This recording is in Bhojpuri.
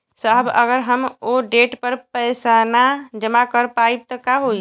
साहब अगर हम ओ देट पर पैसाना जमा कर पाइब त का होइ?